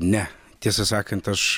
ne tiesą sakant aš